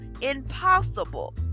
impossible